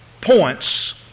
points